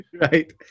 Right